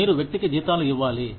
మీరు వ్యక్తికి జీతాలు ఇవ్వాలి